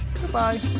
Goodbye